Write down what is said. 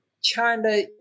china